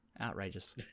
Outrageous